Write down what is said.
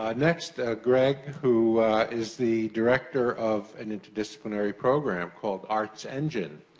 um next, greg, who is the director of an interdisciplinary program called artsengine,